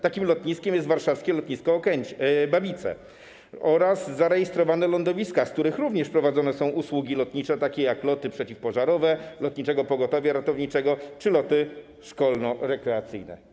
Takim lotniskiem jest warszawskie lotnisko Babice oraz zarejestrowane lądowiska, z których również prowadzone są usługi lotnicze, takie jak loty przeciwpożarowe Lotniczego Pogotowia Ratowniczego czy loty szkolno-rekreacyjne.